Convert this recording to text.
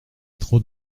trop